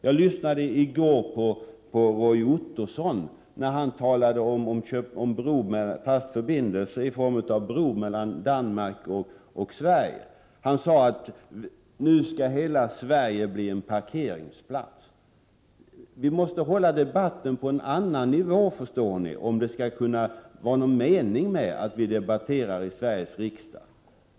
I går lyssnade jag till Roy Ottosson när han talade om en fast förbindelse i form av en bro mellan Danmark och Sverige. Han sade att nu skulle hela Sverige bli en parkeringsplats. Vi måste föra debatten på en annan nivå, om det skall vara någon mening med debatterna i Sveriges riksdag.